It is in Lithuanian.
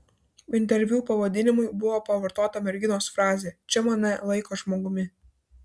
interviu pavadinimui buvo pavartota merginos frazė čia mane laiko žmogumi